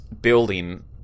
building